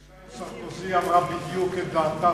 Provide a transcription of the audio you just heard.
בפגישה עם סרקוזי היא אמרה בדיוק את דעתה